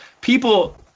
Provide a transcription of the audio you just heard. people –